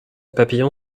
papillon